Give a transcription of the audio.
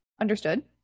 Understood